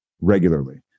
regularly